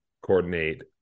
coordinate